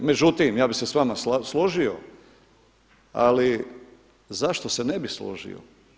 Međutim, ja bih se s vama složio ali zašto se ne bih složio.